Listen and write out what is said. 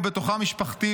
ובתוכן משפחתי,